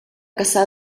cassà